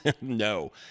No